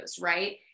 right